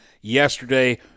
yesterday